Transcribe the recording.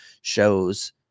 shows